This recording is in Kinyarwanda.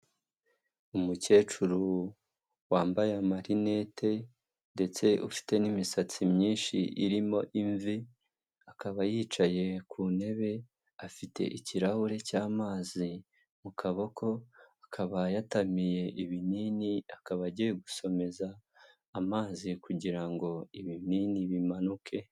Umukecuru wambaye amarinete ndetse ufite n'imisatsi myinshi irimo imvi, akaba yicaye ku ntebe, afite ikirahure cy'amazi mu kaboko akaba yatamiye ibinini akaba agiye gusomeza amazi kugira ngo ibinini bimanuke.